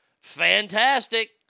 Fantastic